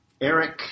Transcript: Eric